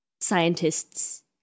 scientists